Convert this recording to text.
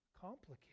complicated